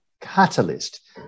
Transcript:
catalyst